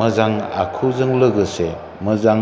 मोजां आखुजों लोगोसे मोजां